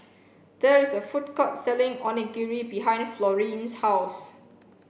there is a food court selling Onigiri behind Florene's house